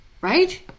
Right